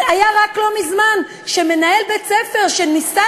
היה רק לא מזמן שמנהל בית-ספר שנישא